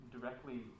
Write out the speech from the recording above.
directly